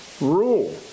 rule